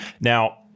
now